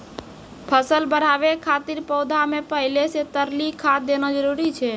फसल बढ़ाबै खातिर पौधा मे पहिले से तरली खाद देना जरूरी छै?